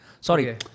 Sorry